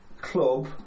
club